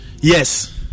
yes